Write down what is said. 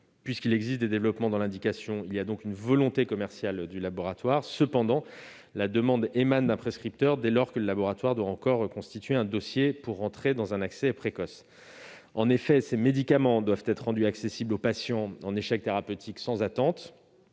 Puisqu'il existe des développements dans l'indication, il y a donc une volonté commerciale du laboratoire. Cependant, la demande émane d'un prescripteur, dès lors que le laboratoire doit constituer un dossier pour demander une AAP. En effet, ces médicaments ont vocation à être rendus accessibles aux patients en échec thérapeutique sans délais,